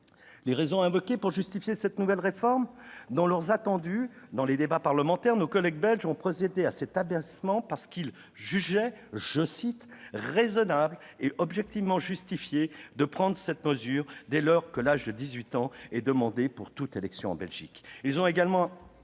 les raisons invoquées pour justifier cette nouvelle réforme ? Dans leurs attendus, nos collègues belges ont procédé à cet abaissement, car ils jugeaient « raisonnable et objectivement justifié de prendre cette mesure dès lors que l'âge de dix-huit ans est demandé pour toute élection en Belgique ».